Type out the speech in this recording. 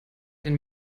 den